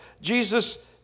Jesus